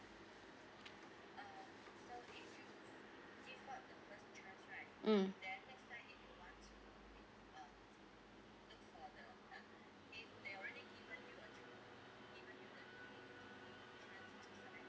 mm